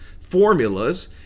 formulas